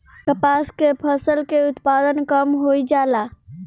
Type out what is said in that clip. कपास के फसल के उत्पादन कम होइ जाला?